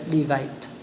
Levite